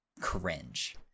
cringe